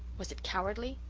was it cowardly?